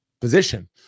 position